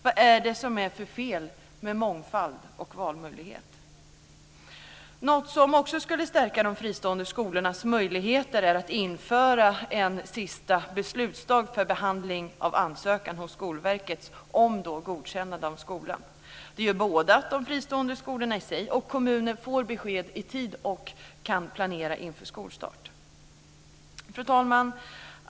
Vad är det som är fel med mångfald och valmöjlighet? Något som också skulle stärka de fristående skolornas möjligheter är att införa en sista beslutsdag för behandling av ansökan hos Skolverket om godkännande av skolan. Det gör att både de fristående skolorna i sig och kommunen får besked i tid och kan planera inför skolstarten. Fru talman!